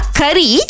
curry